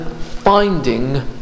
finding